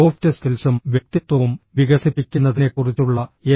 soft സ്കിൽസും വ്യക്തിത്വവും വികസിപ്പിക്കുന്നതിനെക്കുറിച്ചുള്ള എൻ